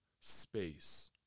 space